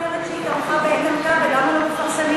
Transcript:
מה?